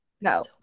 No